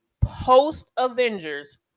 post-Avengers